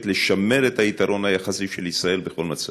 לשמר את היתרון היחסי של ישראל בכל מצב,